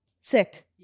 sick